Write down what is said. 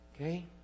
Okay